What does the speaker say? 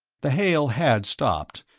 the hail had stopped,